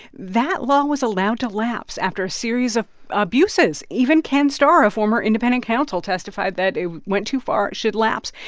that law was allowed to lapse after a series of abuses. even ken starr, a former and um and counsel, testified that it went too far. it should lapse.